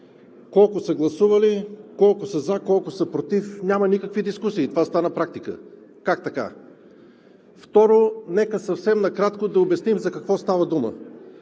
колко са гласували, колко са за, колко са против? Няма никакви дискусии. Това стана практика. Как така?! Второ, нека съвсем накратко да обясним за какво става дума.